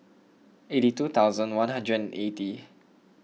eighty two thousand one hundred eighty